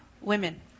women